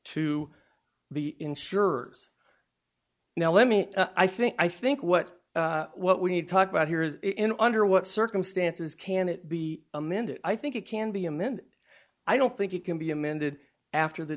to the insurers now let me i think i think what what we need to talk about here is in under what circumstances can it be amended i think it can be amended i don't think it can be amended after the